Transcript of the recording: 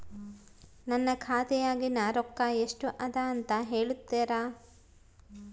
ನನ್ನ ಖಾತೆಯಾಗಿನ ರೊಕ್ಕ ಎಷ್ಟು ಅದಾ ಅಂತಾ ಹೇಳುತ್ತೇರಾ?